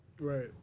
right